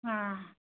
ꯑ